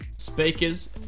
speakers